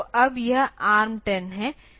तो अब यह ARM10 है